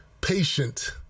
patient